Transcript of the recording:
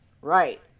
Right